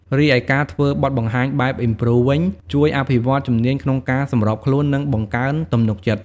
រីឯការធ្វើបទបង្ហាញបែប improv វិញ ជួយអភិវឌ្ឍជំនាញក្នុងការសម្របខ្លួន និងបង្កើនទំនុកចិត្ត